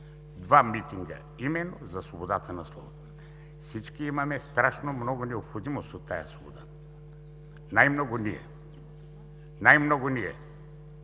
два митинга именно за свободата на словото. Всички имаме страшно много необходимост от тази свобода, най-много ние. Най-много ние